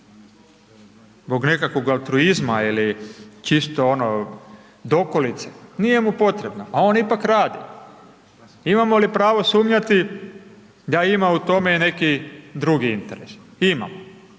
zbog nekakvog altruizma ili čisto ono dokolice, nije mu potrebna, a on ipak radi. Imamo li pravo sumnjati da ima u tome neki drugi interes? Ima.